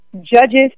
judges